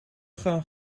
gaan